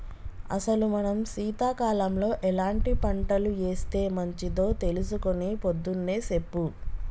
అసలు మనం సీతకాలంలో ఎలాంటి పంటలు ఏస్తే మంచిదో తెలుసుకొని పొద్దున్నే సెప్పు